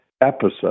episode